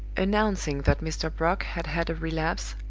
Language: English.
announcing that mr. brock had had a relapse,